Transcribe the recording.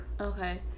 Okay